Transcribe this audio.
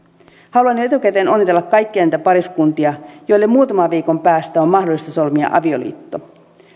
haluan jo etukäteen onnitella kaikkia niitä pariskuntia joiden muutaman viikon päästä on mahdollista solmia avioliitto